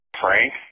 Frank